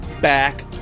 back